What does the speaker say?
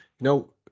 No